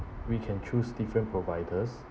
we can choose different providers